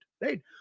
Right